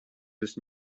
des